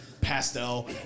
pastel